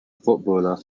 footballer